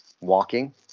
walking